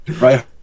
right